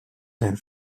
den